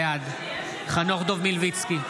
בעד חנוך דב מלביצקי,